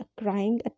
crying